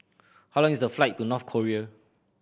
how long is the flight to North Korea